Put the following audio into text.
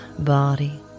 body